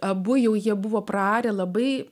abu jie buvo praarę labai